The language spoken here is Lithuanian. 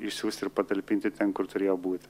išsiųsti ir patalpinti ten kur turėjo būti